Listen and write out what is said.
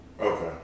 Okay